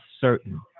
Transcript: certain